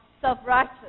self-righteous